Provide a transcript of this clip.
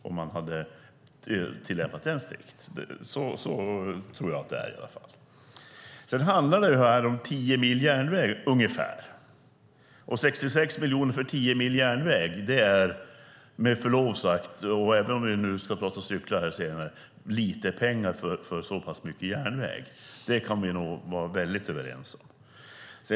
Det handlar om ungefär 10 mil järnväg. 66 miljoner för 10 mil järnväg är med förlov sagt - även om vi ska prata cyklar senare - lite pengar för så pass mycket järnväg. Det kan vi vara överens om.